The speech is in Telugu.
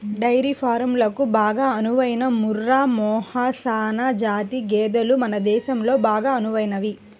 డైరీ ఫారంలకు బాగా అనువైన ముర్రా, మెహసనా జాతి గేదెలు మన దేశంలో బాగా అనువైనవి